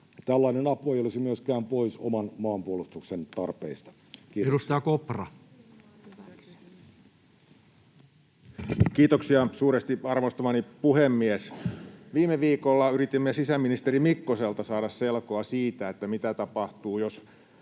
Tällainen apu ei olisi myöskään pois oman maanpuolustuksen tarpeista. — Kiitos. Edustaja Kopra. Kiitoksia suuresti, arvostamani puhemies! Viime viikolla yritimme sisäministeri Mikkoselta saada selkoa siitä, mitä tapahtuu, jos